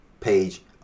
page